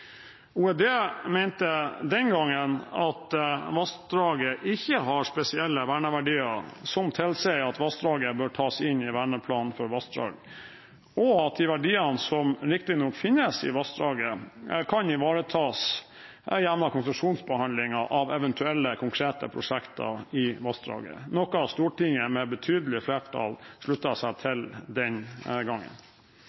mente den gangen at vassdraget ikke har spesielle verneverdier som tilsier at vassdraget bør tas inn i Verneplan for vassdrag, og at de verdiene som riktignok finnes i vassdraget, kan ivaretas gjennom konsesjonsbehandlingen av eventuelle konkrete prosjekter i vassdraget, noe Stortinget med betydelig flertall sluttet seg til den gangen. Som jeg skrev i mitt brev til